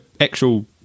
actual